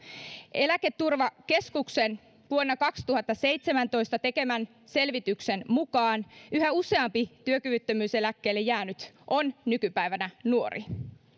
eläketurvakeskuksen vuonna kaksituhattaseitsemäntoista tekemän selvityksen mukaan yhä useampi työkyvyttömyyseläkkeelle jäänyt on nykypäivänä nuori